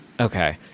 Okay